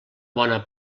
bona